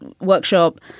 workshop